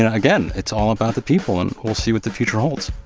and again, it's all about the people, and we'll see what the future holds